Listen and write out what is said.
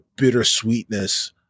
bittersweetness